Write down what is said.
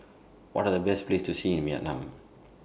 What Are The Best Places to See in Vietnam